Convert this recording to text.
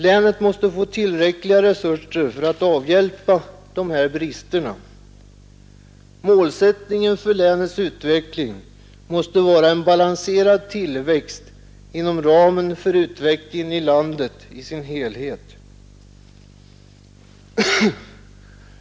Länet måste få tillräckliga resurser för att avhjälpa dessa brister. Målsättningen för länets utveckling måste vara en balanserad tillväxt inom ramen för utvecklingen i landet i dess helhet.